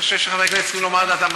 אני חושב שחברי הכנסת אמרו מה דעתם,